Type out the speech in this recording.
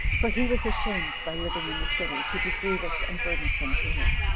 for he was ashamed, by living in the city, to be grievous and burdensome to him.